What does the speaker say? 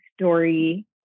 story